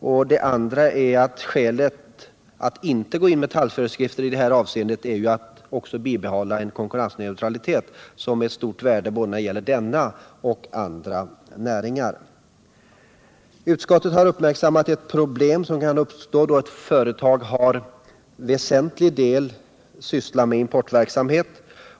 Vidare är skälet för att inte gå in med föreskrifter i det här avseendet att man vill bibehålla en konkurrensneutralitet som är av stort värde när det gäller både denna och andra näringar. Utskottet har uppmärksammat ett problem som kan uppstå då ett företag till väsentlig del sysslar med importverksamhet.